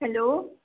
hello